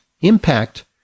impact